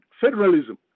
federalism